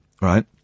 right